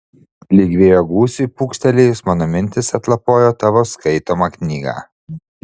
lyg vėjo gūsiui pūkštelėjus mano mintys atlapojo tavo skaitomą knygą